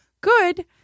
good